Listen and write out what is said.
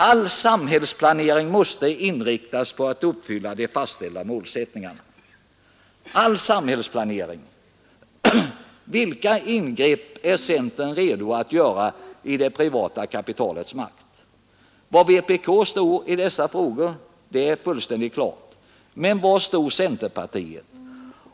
All samhällsplanering måste inriktas på att uppfylla de fastställda målsättningarna.” ”All samhällsplanering” skall alltså inriktas på detta. Vilka ingrepp är centern redo att göra i det privata kapitalets makt? Var vpk står i dessa frågor är fullständigt klart. Men var står centerpartiet?